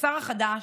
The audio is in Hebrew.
לשר החדש,